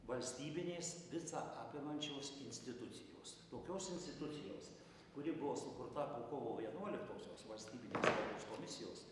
valstybinės visa apimančios institucijos tokios institucijos kuri buvo sukurta po kovo vienuoliktosios valstybinės kalbos komisijos